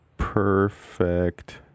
Perfect